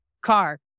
car